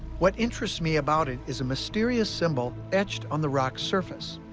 what interests me about it is a mysterious symbol etched on the rock's surface.